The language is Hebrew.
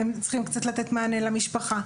הם צריכים קצת לתת מענה למשפחה,